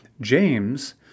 James